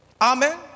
Amen